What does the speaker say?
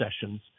sessions